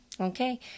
okay